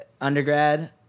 undergrad